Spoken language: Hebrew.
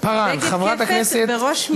בג"ד כפ"ת בראש מילה.